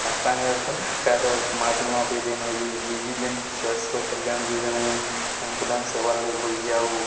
ପାଞ୍ଚ ପାଞ୍ଚ ହଜାର ତ ମାଫି ମାଫି ଦେଇ ନଉଛି ବିଜୁ ଯେନ୍ ସ୍ୱାସ୍ଥ୍ୟ କଲ୍ୟାଣ ଯୋଜନା ଯେନ୍ ଆମ୍ବୁଲାନ୍ସ ସେବାର୍ ହେଇଯାଉ